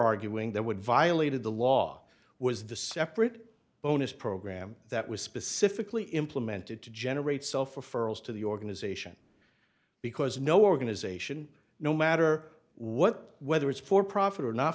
arguing that would violated the law was the separate bonus program that was specifically implemented to generate sulfur for us to the organization because no organization no matter what whether it's for profit or not